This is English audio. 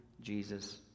Jesus